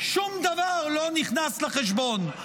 שום דבר לא נכנס לחשבון,